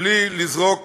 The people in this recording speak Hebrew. בלי לזרוק